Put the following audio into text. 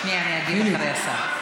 שנייה, אני אגיד אחרי השר.